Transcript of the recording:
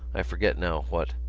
i forget now what.